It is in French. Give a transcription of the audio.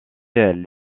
elle